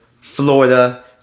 Florida